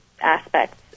aspects